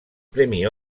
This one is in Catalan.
premi